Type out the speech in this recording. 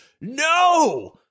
no